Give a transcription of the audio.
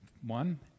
one